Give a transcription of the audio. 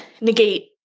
negate